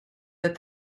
that